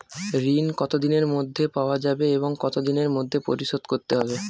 ঋণ কতদিনের মধ্যে পাওয়া যাবে এবং কত দিনের মধ্যে পরিশোধ করতে হবে?